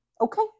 okay